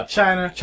China